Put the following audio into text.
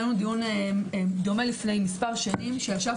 היה לנו דיון דומה לפני מספר שנים שישב